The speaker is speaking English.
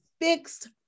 fixed